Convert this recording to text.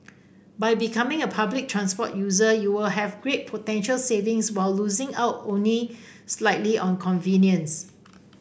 by becoming a public transport user you will have great potential savings while losing out only slightly on convenience